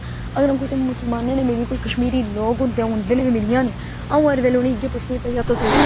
अगर कुसे मुस्लमाने कन्ने मेरी कोई कशमीरी लोक होंदे जिन्हेंगी में मिली जा ना आंऊ हर वेल्ले उन्हेंगी पुच्छनी भाई तुस